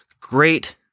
great